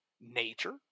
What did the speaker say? Nature